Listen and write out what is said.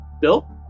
Bill